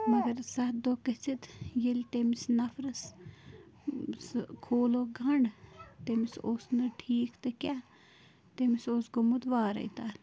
مَگر سَتھ دۄہ گٔژھِتھ ییٚلہِ تٔمِس نَفرَس سُہ کھوٗلُک گَنٛڈ تٔمِس اوس نہٕ ٹھیٖک تہٕ کیٛاہ تٔمِس اوس گومُت وارَے تَتھ